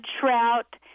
trout